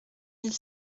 mille